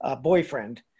boyfriend